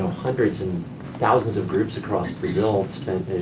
hundreds and thousands of groups across brazil